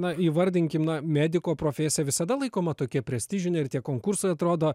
na įvardinkim na mediko profesija visada laikoma tokia prestižine ir tie konkursai atrodo